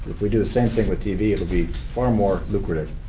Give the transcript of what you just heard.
if we do the same thing with tv, it will be far more lucrative.